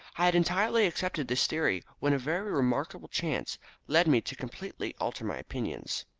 i had entirely accepted this theory, when a very remarkable chance led me to completely alter my opinions.